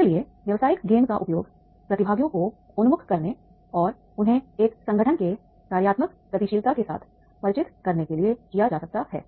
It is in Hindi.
इसलिए व्यावसायिक गेम का उपयोग प्रतिभागियों को उन्मुख करने और उन्हें एक संगठन के कार्यात्मक गतिशीलता के साथ परिचित करने के लिए किया जा सकता है